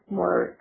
more